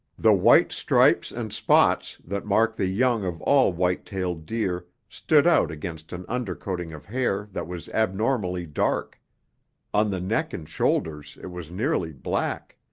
the white stripes and spots that mark the young of all white-tailed deer stood out against an undercoating of hair that was abnormally dark on the neck and shoulders it was nearly black.